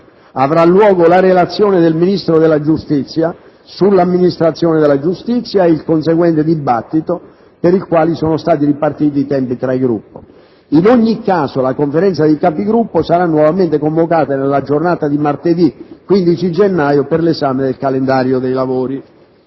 avrà luogo la relazione del Ministro della giustizia sull'amministrazione della giustizia e il conseguente dibattito, per il quale sono stati ripartiti i tempi tra i Gruppi. In ogni caso la Conferenza dei Capigruppo sarà nuovamente convocata nella giornata di martedì 15 gennaio per l'esame del calendario dei lavori.